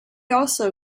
also